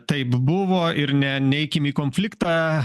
taip buvo ir ne neikim į konfliktą